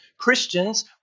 Christians